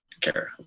care